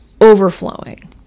overflowing